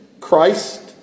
Christ